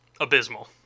abysmal